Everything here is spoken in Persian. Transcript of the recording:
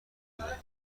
بدهید